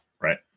right